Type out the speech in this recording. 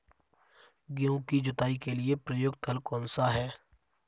गेहूँ की जुताई के लिए प्रयुक्त हल कौनसा है?